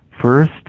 first